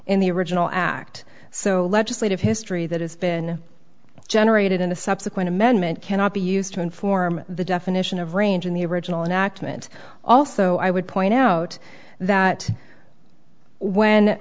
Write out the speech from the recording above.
in the original act so legislative history that has been generated in a subsequent amendment cannot be used to inform the definition of range in the original and act meant also i would point out that when